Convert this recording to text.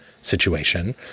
situation